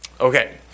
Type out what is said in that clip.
Okay